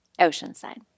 Oceanside